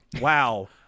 wow